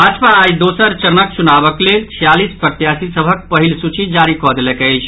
भाजपा आई दोसर चरणक चुनावक लेल छियालीस प्रत्याशी सभक पहिल सूची जारी कऽ देलक अछि